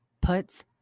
puts